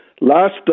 last